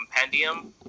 compendium